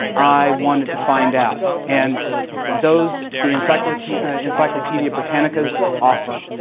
i wanted to find out, and those, the encyclopedia encyclopedia britannicas were awesome.